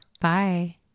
Bye